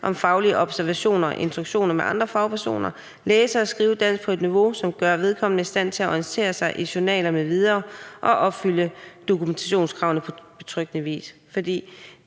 om faglige observationer eller instruktioner med andre fagpersoner, læse og skrive dansk på et niveau, som gør vedkommende i stand til orientere sig i journaler m.v., og opfylde dokumentationskravene på betryggende vis?